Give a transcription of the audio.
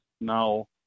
now